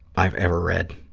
i've ever read.